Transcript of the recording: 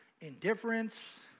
indifference